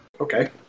Okay